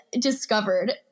discovered